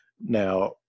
Now